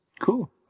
Cool